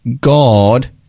God